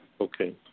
Okay